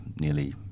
nearly